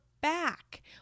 back